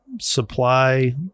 supply